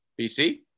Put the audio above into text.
BC